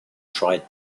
tried